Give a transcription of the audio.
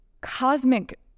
cosmic